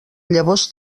llavors